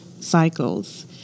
cycles